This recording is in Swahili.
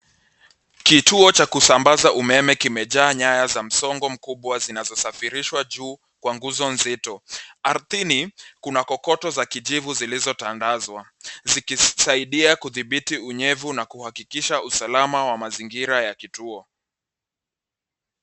Kituo cha kusambaza umeme kimejaa nyaya za msongo mkubwa zinazosafirishwa juu kwa nguzo nzito. Ardhini kuna kokoto za kijivu zilizotandazwa, zikisaidia kudhibiti unyevu na kuhakikisha usalama wa mazingira ya kituo.